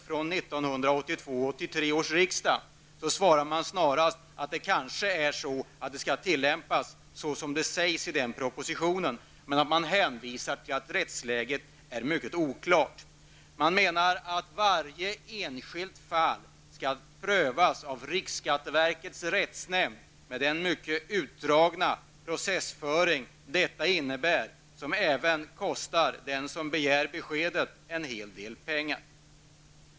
års riksdag svarade man att det kanske skall tillämpas såsom det sägs i den propositionen, men man hänvisade till att rättsläget är mycket oklart. Man menar att varje enskilt fall skall prövas av riksskatteverkets rättsnämnd, med den mycket utdragna processföring detta innebär, vilket som även kostar den som begär beskedet en hel del pengar.